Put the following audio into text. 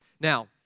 Now